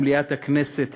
במליאת הכנסת,